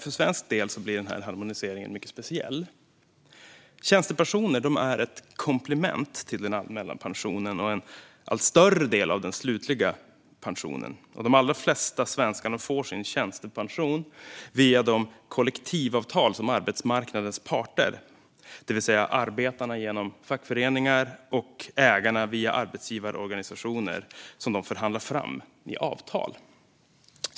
För svensk del blir harmoniseringen mycket speciell. Tjänstepensioner är ett komplement till den allmänna pensionen och är en allt större del av den slutliga pensionen. De allra flesta svenskar får sin tjänstepension via de kollektivavtal som arbetsmarknadens parter, det vill säga arbetarna genom fackföreningarna och ägarna via arbetsgivarorganisationerna, förhandlar fram i avtal.